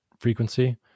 frequency